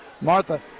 Martha